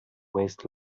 waste